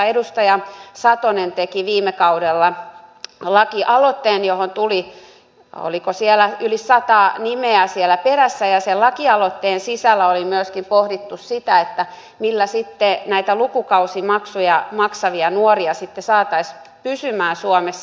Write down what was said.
edustaja satonen teki viime kaudella lakialoitteen johon tuli oliko siellä yli sata nimeä siellä perässä ja sen lakialoitteen sisällä oli myöskin pohdittu sitä millä näitä lukukausimaksuja maksavia nuoria sitten saataisiin pysymään suomessa